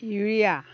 urea